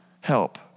Help